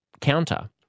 counter